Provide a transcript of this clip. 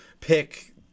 pick